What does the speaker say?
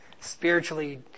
Spiritually